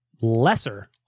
lesser